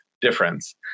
difference